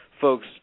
folks